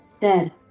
Dead